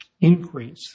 increase